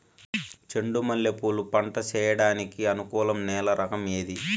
చెండు మల్లె పూలు పంట సేయడానికి అనుకూలం నేల రకం ఏది